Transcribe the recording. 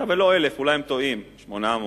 ואולי לא 1,000 והם טועים ואולי זה 800,